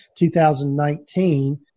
2019